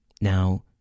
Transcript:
Now